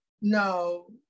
no